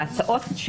ההצעות,